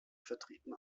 vertreten